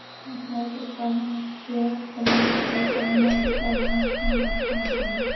मसाले के उत्पादन में केरल कर्नाटक और तमिलनाडु का महत्वपूर्ण स्थान हई